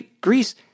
Greece